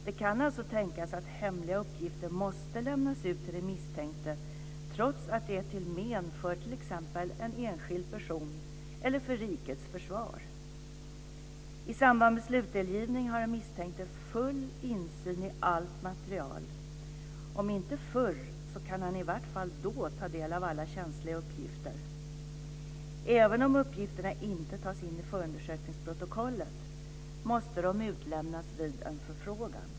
Det kan alltså tänkas att hemliga uppgifter måste lämnas ut till den misstänkte trots att det är till men för t.ex. en enskild person eller för rikets försvar. I samband med slutdelgivning har den misstänkte full insyn i allt material. Om inte förr kan han i vart fall då ta del av alla känsliga uppgifter. Även om uppgifterna inte tas in i förundersökningsprotokollet måste de utlämnas vid en förfrågan.